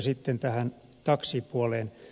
sitten tähän taksipuoleen